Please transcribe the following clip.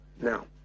Now